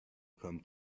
come